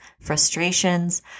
frustrations